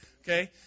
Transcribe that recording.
Okay